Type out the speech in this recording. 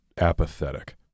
apathetic